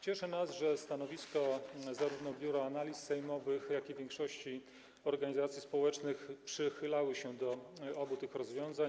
Cieszy nas stanowisko zarówno Biura Analiz Sejmowych, jak i większości organizacji społecznych, że przychylały się do obu tych rozwiązań.